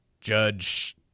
Judge